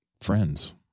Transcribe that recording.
friends